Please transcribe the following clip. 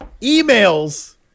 emails